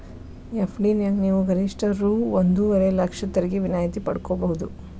FD ನ್ಯಾಗ ನೇವು ಗರಿಷ್ಠ ರೂ ಒಂದುವರೆ ಲಕ್ಷ ತೆರಿಗೆ ವಿನಾಯಿತಿ ಪಡ್ಕೊಬಹುದು